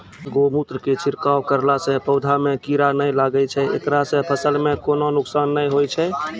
गोमुत्र के छिड़काव करला से पौधा मे कीड़ा नैय लागै छै ऐकरा से फसल मे कोनो नुकसान नैय होय छै?